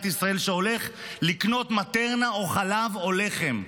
ישראל שהולך לקנות מטרנה או חלב או לחם.